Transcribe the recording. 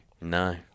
No